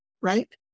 right